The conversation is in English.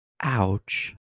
Ouch